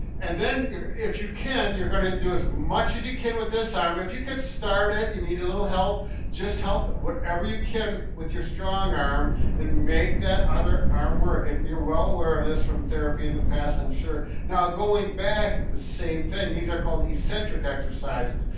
and then if you can, you're gonna do as much as you can with this arm. if you could start it you need a little help just help whatever you can with your strong arm and make that other arm work and you're well aware of this from therapy in the past i'm sure. now going back the same thing these are called eccentric exercises.